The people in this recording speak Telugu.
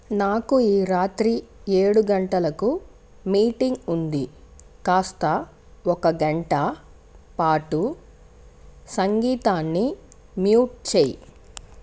నాకు ఈ రాత్రి ఏడు గంటలకు మీటింగ్ ఉంది కాస్త ఒక గంట పాటు సంగీతాన్ని మ్యూట్ చెయ్యి